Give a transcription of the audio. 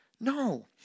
No